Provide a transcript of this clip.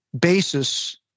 basis